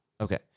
Okay